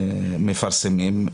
מפרסמים.